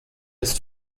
ist